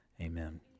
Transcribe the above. Amen